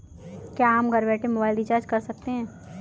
क्या हम घर बैठे मोबाइल रिचार्ज कर सकते हैं?